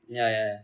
ya ya ya